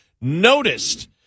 noticed